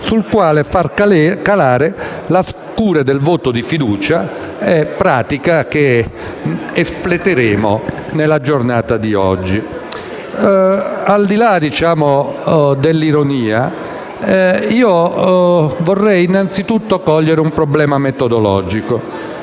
sul quale far calare la scure del voto di fiducia, pratica che verrà espletata nella giornata di oggi. Al di là dell'ironia, vorrei innanzitutto cogliere un problema metodologico.